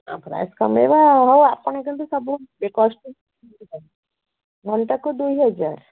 price କମାଇବ ଘଣ୍ଟାକୁ ଦୁଇ ହଜାର